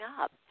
up